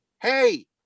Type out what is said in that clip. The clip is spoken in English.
Hey